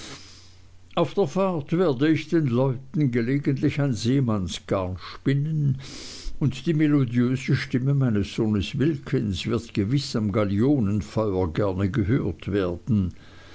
auf der fahrt werde ich den leuten gelegentlich ein seemannsgarn spinnen und die melodiöse stimme meines sohnes wilkins wird gewiß am gallionenfeuer gerne gehört werden